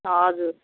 हजुर